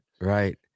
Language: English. right